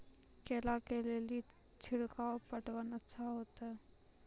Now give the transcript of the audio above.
केला के ले ली छिड़काव पटवन अच्छा होते?